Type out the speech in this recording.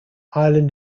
island